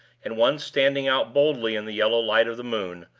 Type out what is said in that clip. and one standing out boldly in the yellow light of the moon,